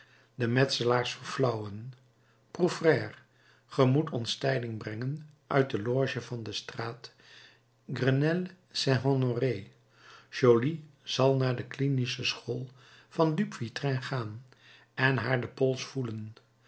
de metselaars verflauwen prouvaire ge moet ons tijding brengen uit de loge van de straat grenelle saint honoré joly zal naar de clinische school van dupuytren gaan en haar den pols voelen